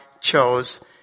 chose